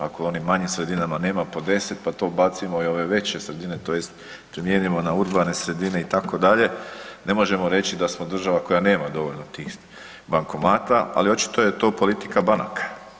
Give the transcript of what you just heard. Ako u onim manjim sredinama nema po 10 pa tu ubacimo i ove veće sredite tj. primijenimo na urbane sredine itd., ne možemo reći da smo država koja nema dovoljno tih bankomata, ali očito je to politika banaka.